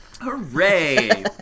Hooray